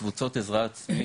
קבוצות עזרה עצמית,